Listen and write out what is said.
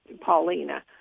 Paulina